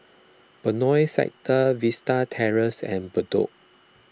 Benoi Sector Vista Terrace and Bedok